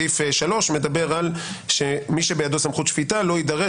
סעיף 3 מדבר על שמי שבידו סמכות שפיטה לא יידרש